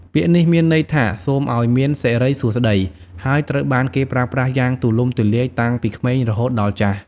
ពាក្យនេះមានន័យថា “សូមឱ្យមានសិរីសួស្ដី” ហើយត្រូវបានគេប្រើប្រាស់យ៉ាងទូលំទូលាយតាំងពីក្មេងរហូតដល់ចាស់។